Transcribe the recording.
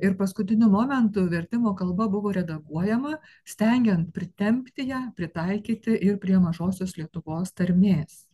ir paskutiniu momentu vertimo kalba buvo redaguojama stengiant pritempti ją pritaikyti ir prie mažosios lietuvos tarmės